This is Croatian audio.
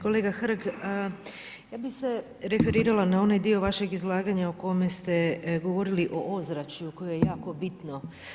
Kolega Hrg, ja bih se referirala na onaj dio vašeg izlaganja o koje ste govorili o ozračju koje je jako bitno.